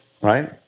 right